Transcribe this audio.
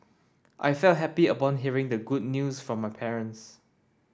I felt happy upon hearing the good news from my parents